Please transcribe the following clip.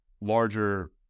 larger